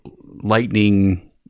lightning